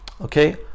Okay